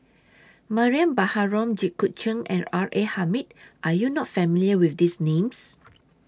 Mariam Baharom Jit Koon Ch'ng and R A Hamid Are YOU not familiar with These Names